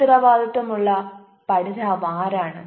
ഉത്തരവാദിത്തമുള്ള പഠിതാവാരാണ്